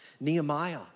Nehemiah